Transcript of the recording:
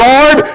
Lord